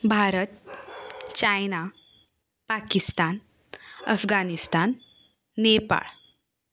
Bharat China Pakistan Afghanistan Nepal